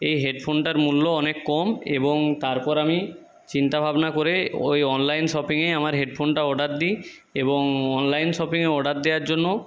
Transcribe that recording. এই হেডফোনটার মূল্য অনেক কম এবং তারপর আমি চিন্তা ভাবনা করে ওই অনলাইন শপিংয়ে আমার হেডফোনটা অর্ডার দিই এবং অনলাইন শপিংয়ে অর্ডার দেওয়ার জন্য